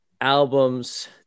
albums